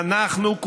אנחנו,